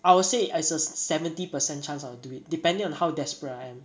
I would say as a s~ seventy percent chance I'll do it depending on how desperate I am